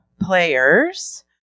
players